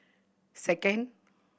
second